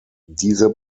diese